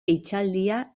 hitzaldia